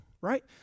right